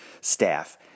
staff